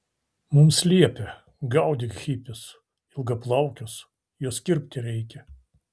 mums liepia gaudyk hipius ilgaplaukius juos kirpti reikia